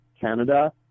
Canada